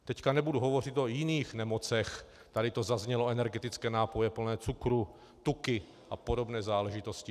Teď nebudu hovořit o jiných nemocech, tady to zaznělo, energetické nápoje plné cukru, tuky a podobné záležitosti.